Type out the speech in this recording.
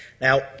Now